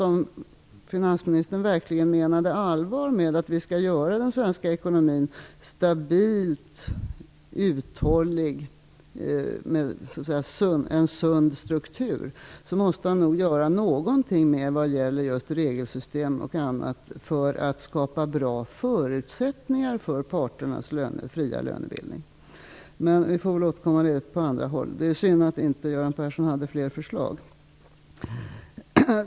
Om finansministern verkligen menar allvar med att vi skall göra den svenska ekonomin stabilt uthållig med en sund struktur, skulle jag önska att han nu gjorde någonting mer när det gäller just regelsystem och annat för att skapa goda förutsättningar för parternas fria lönebildning. Men vi får väl återkomma till den frågan i andra sammanhang. Det är synd att Göran Persson inte hade några flera förslag.